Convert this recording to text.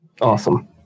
Awesome